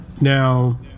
Now